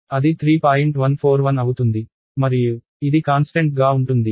ఇది కాన్స్టెంట్ గా ఉంటుంది